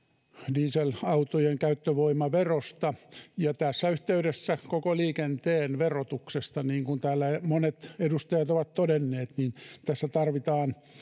dieselautojen käyttövoimaverosta ja tässä yhteydessä koko liikenteen verotuksesta niin kuin täällä monet edustajat ovat todenneet tässä tarvitaan